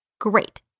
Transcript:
Great